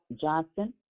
Johnson